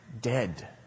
dead